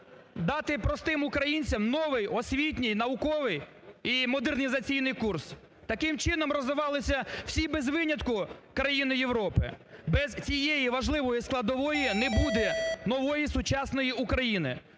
дати простим українцям новий освітній, науковий і модернізаційний курс. Таким чином розвивались всі, без винятку, країни Європи. Без цієї важливої складової не буде нової сучасної України.